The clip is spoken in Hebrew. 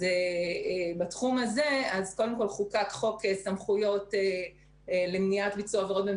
בתחום הזה חוקק חוק סמכויות למניעת ביצוע עבירות.